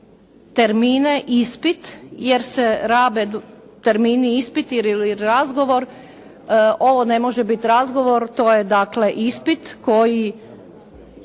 termine ispit jer se rabe termini ispit ili razgovor. Ovo ne može biti razgovor, to je dakle ispit koji